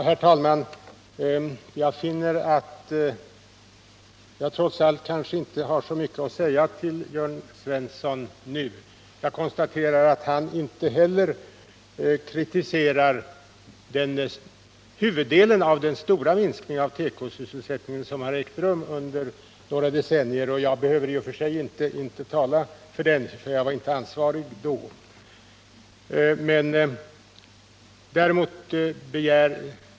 Herr talman! Jag finner att jag trots allt inte har så mycket att säga till Jörn Svensson nu. Jag konstaterar nämligen att inte heller han kritiserar huvuddelen av den stora minskning av tekosysselsättningen som ägt rum under några decennier — och jag behöver i och för sig inte tala för de åtgärder som då vidtogs, eftersom jag inte var ansvarig.